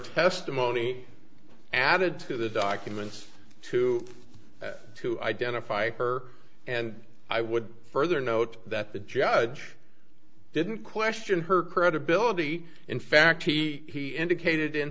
testimony added to the documents to to identify her and i would further note that the judge i didn't question her credibility in fact he indicated in